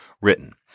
written